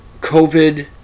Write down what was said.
COVID